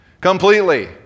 Completely